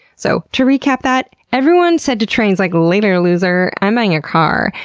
so to recap that, everyone said to trains, like later loser. i'm buying a car,